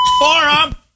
forum